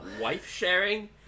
wife-sharing